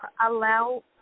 allow